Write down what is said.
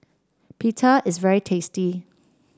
pita is very tasty